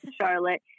Charlotte